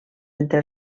entre